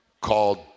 called